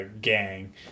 gang